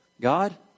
God